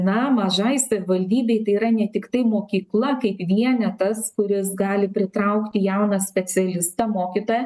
na mažai savivaldybei tai yra ne tiktai mokykla kaip vienetas kuris gali pritraukti jauną specialistą mokytoją